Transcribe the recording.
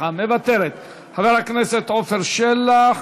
חבר הכנסת עפר שלח,